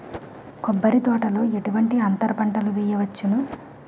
కొబ్బరి తోటలో ఎటువంటి అంతర పంటలు వేయవచ్చును?